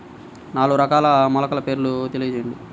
నాలుగు రకాల మొలకల పేర్లు తెలియజేయండి?